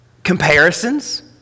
comparisons